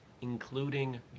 Including